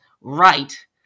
right